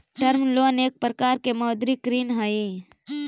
term loan एक प्रकार के मौदृक ऋण हई